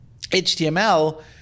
HTML